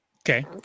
Okay